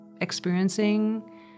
experiencing